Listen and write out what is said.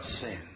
sin